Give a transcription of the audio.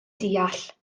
deall